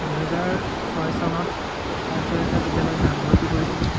দুহেজাৰ ছয় চনত আৰ্য্য জাতীয় বিদ্যলয়ত নামভৰ্তি কৰিছিলোঁ